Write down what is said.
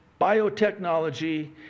BIOTECHNOLOGY